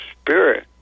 spirit